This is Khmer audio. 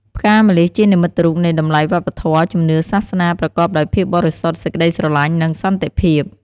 ផ្កាម្លិះ ជានិមិត្តរូបនៃតម្លៃវប្បធម៌ ជំនឿសាសនា ប្រកបដោយភាពបរិសុទ្ធ សេចក្តីស្រឡាញ់ និងសន្តិភាព។